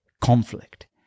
conflict